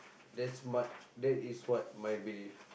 that's what~ that is what my belief